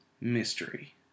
mystery